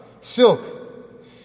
silk